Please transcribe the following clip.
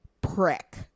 prick